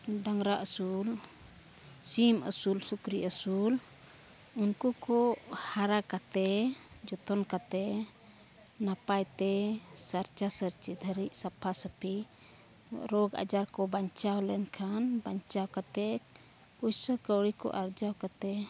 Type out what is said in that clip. ᱰᱟᱝᱨᱟ ᱟᱹᱥᱩᱞ ᱥᱤᱢ ᱟᱹᱥᱩᱞ ᱥᱩᱠᱨᱤ ᱟᱹᱥᱩᱞ ᱩᱱᱠᱩ ᱠᱚ ᱦᱟᱨᱟ ᱠᱟᱛᱮ ᱡᱚᱛᱚᱱ ᱠᱟᱛᱮ ᱱᱟᱯᱟᱭᱛᱮ ᱥᱟᱨᱪᱟ ᱥᱟᱨᱪᱤ ᱫᱷᱟᱹᱨᱤᱡ ᱥᱟᱯᱷᱟ ᱥᱟᱯᱷᱤ ᱨᱳᱜᱽ ᱟᱡᱟᱨ ᱠᱚ ᱵᱟᱧᱪᱟᱣ ᱞᱮᱱᱠᱷᱟᱱ ᱵᱟᱧᱪᱟᱣ ᱠᱟᱛᱮᱫ ᱯᱚᱭᱥᱟ ᱠᱟᱣᱲᱤ ᱠᱚ ᱟᱨᱡᱟᱣ ᱠᱟᱛᱮᱫ